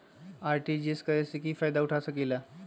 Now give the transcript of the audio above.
RTGS करे से की फायदा उठा सकीला?